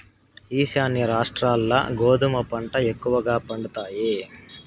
ఈశాన్య రాష్ట్రాల్ల గోధుమ పంట ఎక్కువగా పండుతాయి